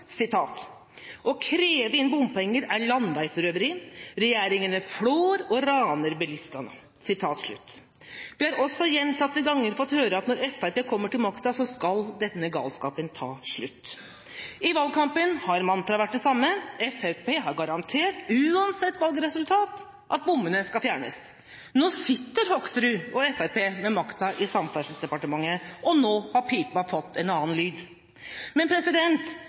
å kreve inn bompenger er landeveisrøveri, og at regjeringene flår og raner bilistene. Vi har også gjentatte ganger fått høre at når Fremskrittspartiet kommer til makta, skal denne galskapen ta slutt. I valgkampen har mantraet vært det samme: Fremskrittspartiet har garantert – uansett valgresultat – at bommene skal fjernes. Nå sitter Hoksrud og Fremskrittspartiet ved makta i Samferdselsdepartementet, og nå har pipa fått en annen lyd – men